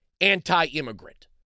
anti-immigrant